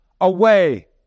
away